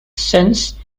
since